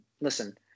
listen